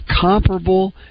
comparable